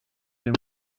dem